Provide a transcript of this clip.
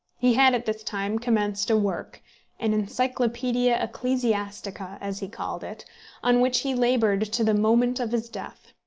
he had at this time commenced a work an encyclopaedia ecclesiastica, as he called it on which he laboured to the moment of his death.